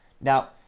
Now